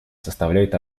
составляет